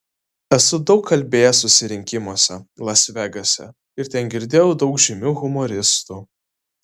esu daug kalbėjęs susirinkimuose las vegase ir ten girdėjau daug žymių humoristų